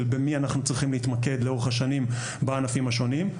מי אנחנו צריכים להתמקד לאורך השנים בענפים השונים.